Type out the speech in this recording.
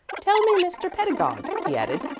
tell me, mr. pedagog, he added,